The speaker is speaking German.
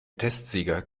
testsieger